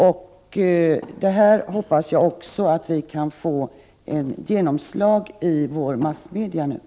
Jag hoppas att detta klargörande nu också kan få ett genomslag i massmedierna.